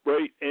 Right